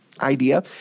idea